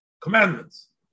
commandments